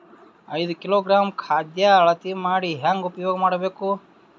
ಐದು ಕಿಲೋಗ್ರಾಂ ಖಾದ್ಯ ಅಳತಿ ಮಾಡಿ ಹೇಂಗ ಉಪಯೋಗ ಮಾಡಬೇಕು?